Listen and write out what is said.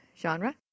genre